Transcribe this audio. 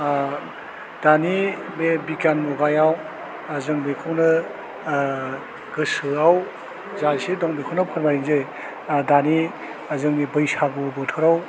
आह दानि बे बिग्यान मुगायाव जों बेखौनो आह गोसोआव जा एसे दं बेखौनो फोरमायन्सै आह दानि जोंनि बैसागु बोथोराव